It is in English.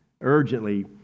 urgently